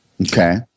Okay